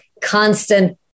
constant